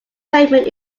payment